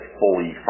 fully